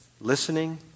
listening